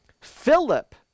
Philip